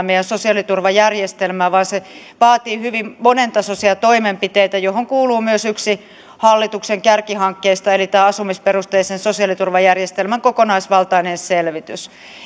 meidän sosiaaliturvajärjestelmäämme vaan se vaatii hyvin monentasoisia toimenpiteitä joihin kuuluu myös yksi hallituksen kärkihankkeista eli tämä asumisperusteisen sosiaaliturvajärjestelmän kokonaisvaltainen selvitys